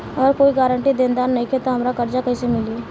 अगर कोई गारंटी देनदार नईखे त हमरा कर्जा कैसे मिली?